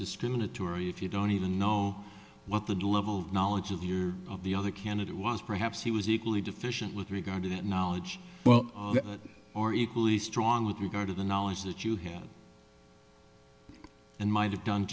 discriminatory if you don't even know what the level of knowledge of your of the other candidate was perhaps he was equally deficient with regard to that knowledge well or equally strong with regard to the knowledge that you had and might have done